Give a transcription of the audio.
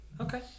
Okay